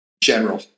general